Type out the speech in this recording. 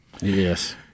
Yes